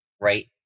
right